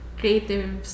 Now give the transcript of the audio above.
creative